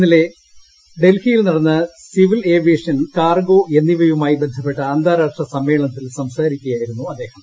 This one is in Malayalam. ഇന്നലെ ഡൽഹിയിൽ നടന്ന സിവിൽ ഏവി യേഷൻ കാർഗോ എന്നിവയുമായി ബന്ധപ്പെട്ട അന്താരാഷ്ട്ര സമ്മേ ളനത്തിൽ സംസാരിക്കുകയായിരുന്നു അദ്ദേഹം